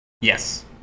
Yes